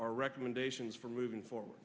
our recommendations for moving forward